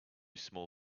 small